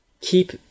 keep